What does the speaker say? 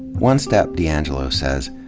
one step, diangelo says,